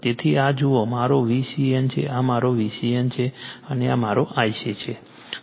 તેથી આ જુઓ આ મારો VCN છે આ મારો VCN છે અને આ મારો Ic છે